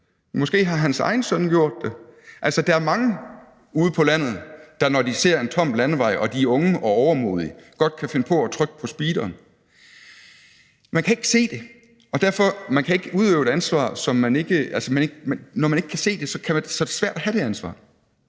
måske har hans egen søn gjort det. Altså, der er mange ude på landet, der, når de ser en tom landevej og er unge og overmodige, godt kan finde på at trykke på speederen. Man kan ikke se det, og når man ikke kan se det, er det svært at have det ansvar.